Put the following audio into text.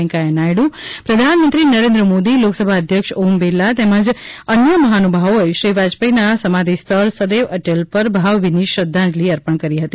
વૈંકેયા નાયડુ પ્રધાનમંત્રી નરેન્દ્ર મોદી લોકસભા અધ્યક્ષ ઓમ બિરલા તેમજ અન્ય મહાનુભાવોએ શ્રી વાજપેયીના સમાધિ સ્થળ સદૈવ અટલ પર ભાવભીની શ્રદ્ધાંજલી અર્પણ કરી હતી